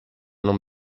non